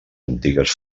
antigues